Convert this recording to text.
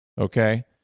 okay